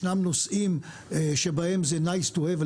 ישנם נושאים שבהם זה nice to have,